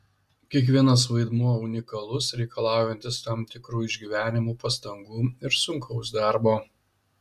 kiekvienas vaidmuo unikalus reikalaujantis tam tikrų išgyvenimų pastangų ir sunkaus darbo